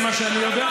זה מה שאני יודע.